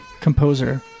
composer